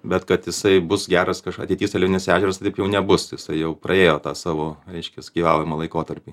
bet kad jisai bus geras kaž ateity seliavinis ežeras tai taip jau nebus jisai jau praėjo tą savo reiškias gyvavimo laikotarpį